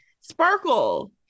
Sparkle